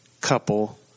couple